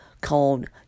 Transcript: called